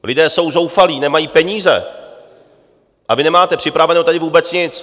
Lidé jsou zoufalí, nemají peníze, a vy nemáte připraveného tady vůbec nic.